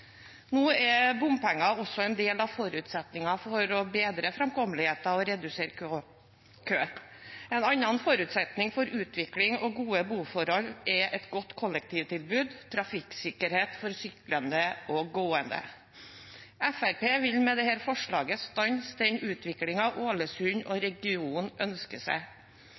Nå er bompenger også en del av forutsetningen for å bedre framkommeligheten og redusere kø. En annen forutsetning for utvikling og gode boforhold er et godt kollektivtilbud og trafikksikkerhet for syklende og gående. Fremskrittspartiet vil med dette forslaget stanse den utviklingen Ålesund og regionen ønsker seg.